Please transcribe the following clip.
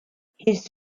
his